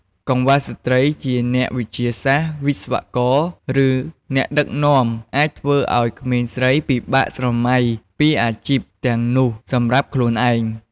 កង្វះស្ត្រីជាអ្នកវិទ្យាសាស្ត្រ វិស្វករ ឬអ្នកដឹកនាំអាចធ្វើឱ្យក្មេងស្រីពិបាកស្រមៃពីអាជីពទាំងនោះសម្រាប់ខ្លួនឯង។